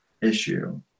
issue